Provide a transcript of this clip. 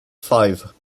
five